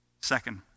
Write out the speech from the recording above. Second